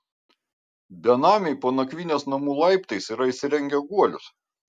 benamiai po nakvynės namų laiptais yra įsirengę guolius